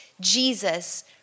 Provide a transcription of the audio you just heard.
Jesus